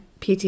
PT